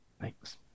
Thanks